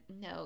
No